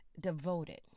devoted